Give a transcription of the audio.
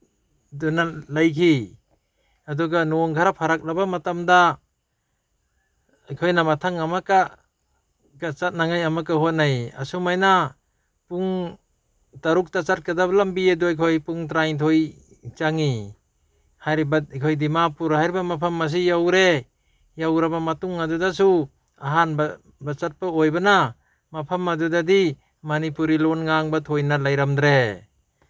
ꯑꯗꯨꯅ ꯂꯩꯈꯤ ꯑꯗꯨꯒ ꯅꯣꯡ ꯈꯔ ꯐꯔꯛꯂꯕ ꯃꯇꯝꯗ ꯑꯩꯈꯣꯏꯅ ꯃꯊꯪ ꯑꯃꯛꯀ ꯆꯠꯅꯉꯥꯏ ꯑꯃꯛꯀ ꯍꯣꯠꯅꯩ ꯑꯁꯨꯃꯥꯏꯅ ꯄꯨꯡ ꯇꯔꯨꯛꯇ ꯆꯠꯀꯗꯕ ꯂꯝꯕꯤ ꯑꯗꯨ ꯑꯩꯈꯣꯏ ꯄꯨꯡ ꯇꯔꯥꯅꯤꯊꯣꯏ ꯆꯪꯉꯤ ꯍꯥꯏꯔꯤꯕ ꯑꯩꯈꯣꯏ ꯗꯤꯃꯥꯄꯨꯔ ꯍꯥꯏꯔꯤꯕ ꯃꯐꯝ ꯑꯁꯤ ꯌꯧꯔꯦ ꯌꯧꯔꯕ ꯃꯇꯨꯡ ꯑꯗꯨꯗꯁꯨ ꯑꯍꯥꯟꯕ ꯆꯠꯄ ꯑꯣꯏꯕꯅ ꯃꯐꯝ ꯑꯗꯨꯗꯗꯤ ꯃꯅꯤꯄꯨꯔꯤ ꯂꯣꯟ ꯉꯥꯡꯕ ꯊꯣꯏꯅ ꯂꯩꯔꯝꯗ꯭ꯔꯦ